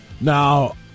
Now